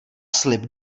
slib